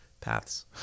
paths